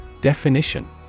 Definition